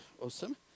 awesome